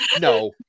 No